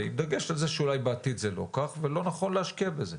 בדגש על זה שבעתיד אולי זה לא כך ולא נכון להשקיע בזה.